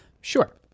Sure